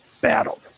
battled